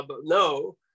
No